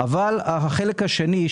החלק השני,